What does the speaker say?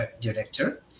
Director